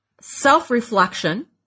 self-reflection